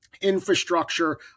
Infrastructure